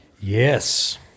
Yes